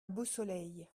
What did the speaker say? beausoleil